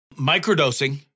microdosing